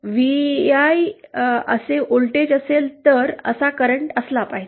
V I असे voltage असेल तर असा करंट असला पाहिजे